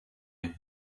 who